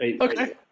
Okay